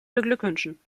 beglückwünschen